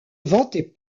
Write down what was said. vantait